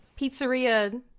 Pizzeria